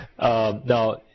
Now